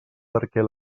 perquè